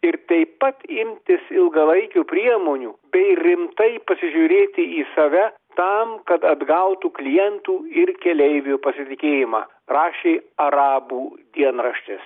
ir taip pat imtis ilgalaikių priemonių bei rimtai pasižiūrėti į save tam kad atgautų klientų ir keleivių pasitikėjimą rašė arabų dienraštis